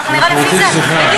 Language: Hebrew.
אבל למה, אנחנו רוצים צמיחה.